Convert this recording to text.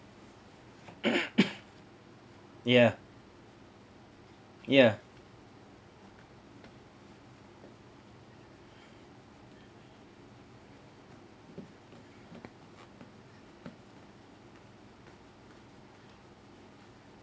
ya ya